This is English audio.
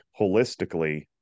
holistically